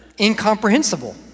incomprehensible